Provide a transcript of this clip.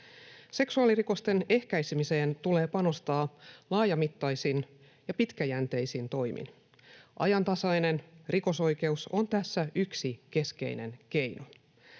Seksuaalirikosten ehkäisemiseen tulee panostaa laajamittaisin ja pitkäjänteisin toimin. Ajantasainen rikosoikeus on tässä yksi keskeinen keino.